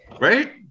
Right